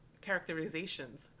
characterizations